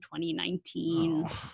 2019